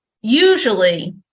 Usually